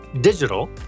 Digital